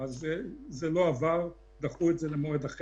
לכן אין שום סיבה שלא יפתחו מייד את המגזר הזה